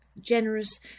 generous